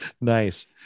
nice